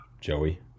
Joey